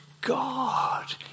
God